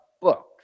book